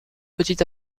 petit